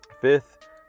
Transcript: Fifth